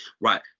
right